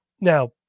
now